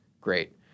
great